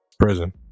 prison